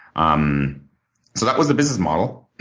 um so that was the business model,